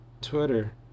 Twitter